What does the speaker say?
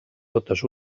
totes